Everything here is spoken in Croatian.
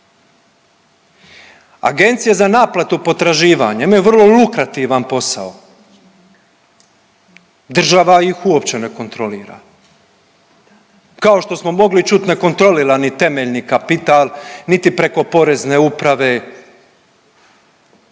Agencije za naplatu potraživanja imaju vrlo lukrativan posao, država ih uopće ne kontrolira. Kao što smo mogli čut ne kontrolira ni temeljni kapital niti preko Porezne uprave, ne